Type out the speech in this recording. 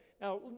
Now